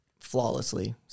flawlessly